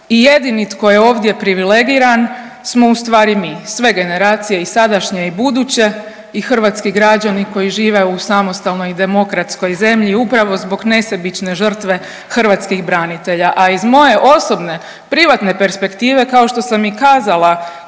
i jedini tko je ovdje privilegiran smo ustvari mi, sve generacije i sadašnje i buduće i hrvatski građani koji žive u samostalnoj i demokratskoj zemlji upravo zbog nesebične žrtve hrvatskih branitelja. A iz moje osobne privatne perspektive kao što sam i kazala